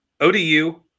ODU